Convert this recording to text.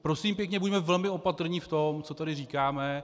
Prosím pěkně, buďme velmi opatrní v tom, co tady říkáme.